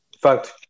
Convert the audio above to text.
fact